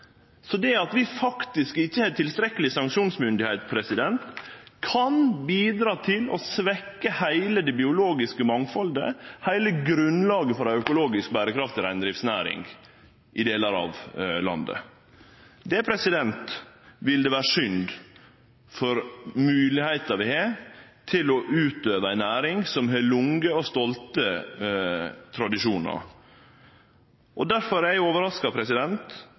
Det at vi faktisk ikkje har tilstrekkeleg sanksjonsmyndigheit, kan bidra til å svekkje heile det biologiske mangfaldet, heile grunnlaget for ei økologisk berekraftig reindriftsnæring, i delar av landet. Det ville vere synd for moglegheita vi har til å utøve ei næring som har lange og stolte tradisjonar. Difor er eg overraska